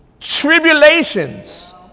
tribulations